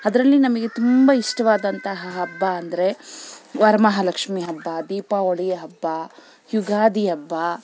ಅದರಲ್ಲಿ ನಮಗೆ ತುಂಬ ಇಷ್ಟವಾದಂತಹ ಹಬ್ಬ ಅಂದರೆ ವರಮಹಾಲಕ್ಷ್ಮಿ ಹಬ್ಬ ದೀಪಾವಳಿ ಹಬ್ಬ ಯುಗಾದಿ ಹಬ್ಬ